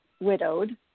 widowed